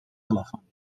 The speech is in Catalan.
telefònic